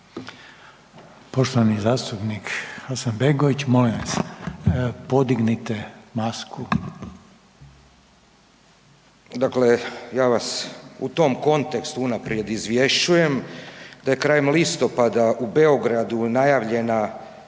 podignite masku. **Hasanbegović, Zlatko (Blok za Hrvatsku)** Dakle, ja vas u tom kontekstu unaprijed izvješćujem da je krajem listopada u Beogradu najavljena